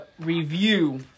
review